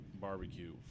barbecue